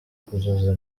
kuzuza